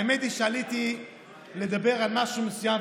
האמת היא שעליתי לדבר על משהו מסוים,